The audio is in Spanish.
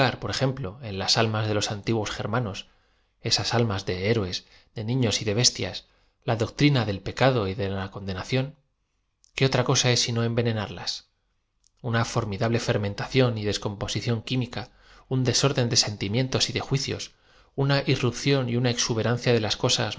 por ejemplo en las almas de loa antiguos germanos esas almas de héroes de nlfios de bestias la doctrina del pecado de la condena ción qué otra coaa es sino envenenarlas üna for midable fermentación y descomposición química un desorden de sentimientos y de juicios una irrupción y una exuberancia de las cosas